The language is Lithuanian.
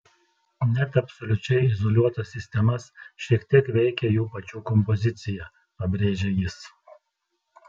net absoliučiai izoliuotas sistemas šiek tiek veikia jų pačių kompozicija pabrėžia jis